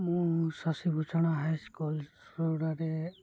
ମୁଁ Shashi Bhushan high school ସୋରଡ଼ାରେ